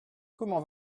comment